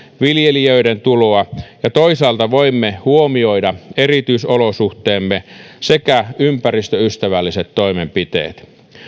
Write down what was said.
viljelijöiden tuloa ja toisaalta voimme huomioida erityisolosuhteemme sekä ympäristöystävälliset toimenpiteet